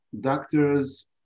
doctors